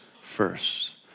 first